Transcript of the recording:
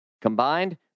Combined